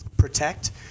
protect